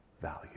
value